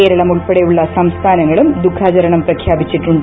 കേരളം ഉൾപ്പെടെയുള്ള സംസ്ഥാനങ്ങളും ദുഃഖാചരണം പ്രഖ്യാപ്രിച്ചിട്ടുണ്ട്